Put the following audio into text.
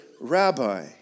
rabbi